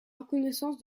reconnaissance